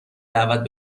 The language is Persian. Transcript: دعوت